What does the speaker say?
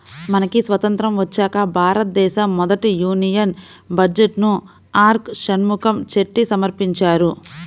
మనకి స్వతంత్రం వచ్చాక భారతదేశ మొదటి యూనియన్ బడ్జెట్ను ఆర్కె షణ్ముఖం చెట్టి సమర్పించారు